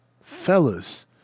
fellas